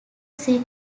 secrecy